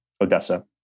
Odessa